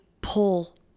pull